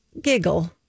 giggle